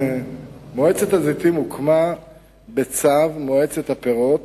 מועצת הזיתים הוקמה בצו מועצת הפירות